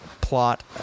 plot